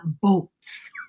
boats